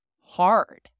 hard